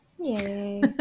yay